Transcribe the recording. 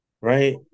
right